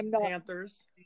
Panthers